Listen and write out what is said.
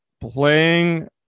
playing